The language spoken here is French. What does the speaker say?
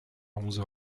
onze